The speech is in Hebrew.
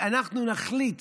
אנחנו נחליט